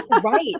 Right